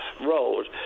road